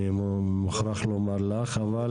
אני מוכרח לומר לך.